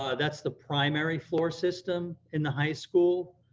ah that's the primary floor system in the high school.